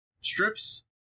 strips